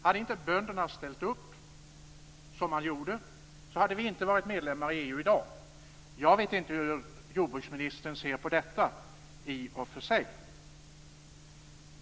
Om inte bönderna hade ställt upp som de gjorde skulle vi inte ha varit medlemmar i EU i dag - jag vet i och för sig inte hur jordbruksministern ser på detta.